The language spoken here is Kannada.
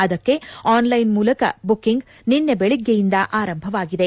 ಅದಕ್ಕೆ ಆನ್ಲೈನ್ ಮೂಲಕ ಬುಕ್ಕಿಂಗ್ ನಿನ್ನೆ ಬೆಳಗ್ಗೆಯಿಂದ ಆರಂಭವಾಗಿದೆ